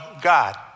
God